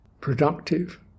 productive